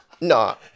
no